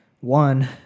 one